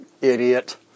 idiot